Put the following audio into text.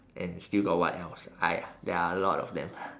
and still got what else ah !aiya! there are a lot of them ah